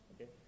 okay